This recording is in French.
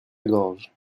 gorge